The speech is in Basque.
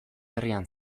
herrian